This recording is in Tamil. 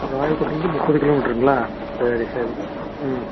ராயக்கோட்டைலேருந்து முப்பது கிலோ மீட்ருங்களா சரி சரி ம்